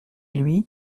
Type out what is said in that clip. lui